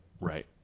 Right